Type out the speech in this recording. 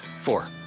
Four